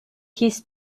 his